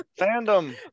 Fandom